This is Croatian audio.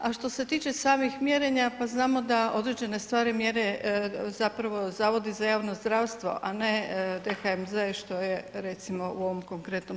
A što se tiče samih mjerenja, pa znamo da određene stvari mjere zapravo zavodi za javno zdravstvo a ne DHMZ što je recimo u ovom konkretnom slučaju.